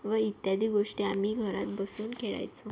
व इत्यादी गोष्टी आम्ही घरात बसून खेळायचो